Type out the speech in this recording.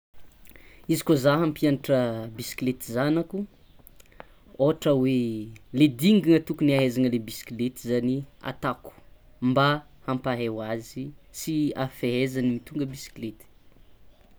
Izy koa zah ampianatra bisiklety zanako ohatra hoe le dingana tokony ahaizana bisiklety zany ataoko mba ampahay hoazy sy afehezany mitondra bisikleta.